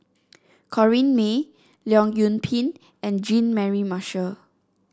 Corrinne May Leong Yoon Pin and Jean Mary Marshall